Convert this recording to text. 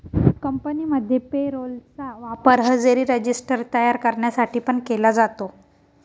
कंपनीमध्ये payroll चा वापर हजेरी रजिस्टर तयार करण्यासाठी पण केला जातो